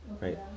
right